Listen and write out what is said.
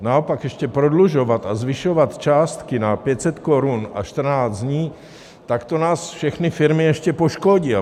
Naopak, ještě prodlužovat a zvyšovat částky na 500 korun a 14 dní, tak to nás, všechny firmy, ještě poškodí.